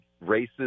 races